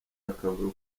akavuyo